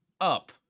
up